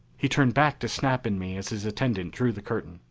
he turned back to snap and me as his attendant drew the curtain,